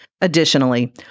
Additionally